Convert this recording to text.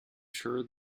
sure